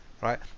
right